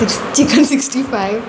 chicken sixty five